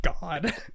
God